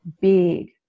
big